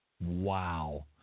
Wow